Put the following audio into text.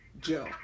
Joe